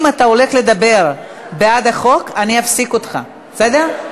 אם אתה הולך לדבר בעד החוק, אני אפסיק אותך, בסדר?